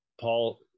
paul